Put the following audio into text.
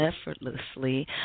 effortlessly